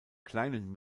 kleinen